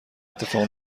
اتفاق